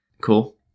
Cool